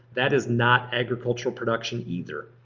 that is not agricultural production either.